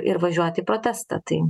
r važiuot į protestą tai